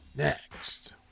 Next